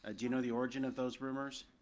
ah do you know the origin of those rumors?